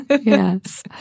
Yes